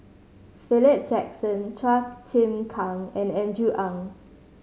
Philip Jackson Chua Chim Kang and Andrew Ang